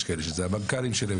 יש כאלה שזה המנכ"לים שלהם,